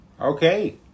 Okay